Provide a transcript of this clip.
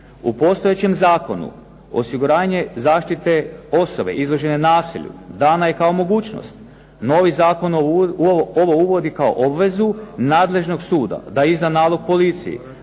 U postojećem zakonu osiguranje zaštite osobe izložene nasilju dana je kao mogućnost. Novi zakon ovo uvodi kao obvezu nadležnog suda da izda nalog policiji